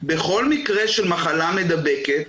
בכל מקרה של מחלה מדבקת,